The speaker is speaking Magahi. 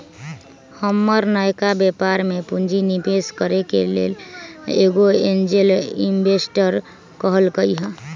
हमर नयका व्यापर में पूंजी निवेश करेके लेल एगो एंजेल इंवेस्टर कहलकै ह